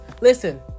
Listen